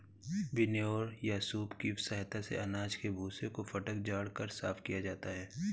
winnower या सूप की सहायता से अनाज के भूसे को फटक झाड़ कर साफ किया जाता है